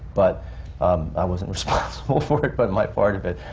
but i wasn't responsible for it, but my part of it.